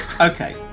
Okay